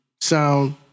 sound